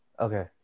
Okay